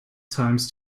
times